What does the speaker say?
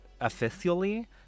officially